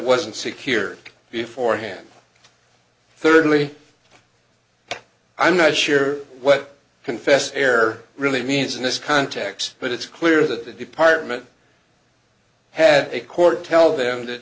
wasn't secured before hand thirdly i'm not sure what confess air really means in this context but it's clear that the department had a court tell them th